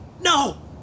No